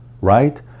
right